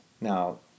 Now